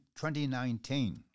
2019